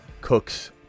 Cooks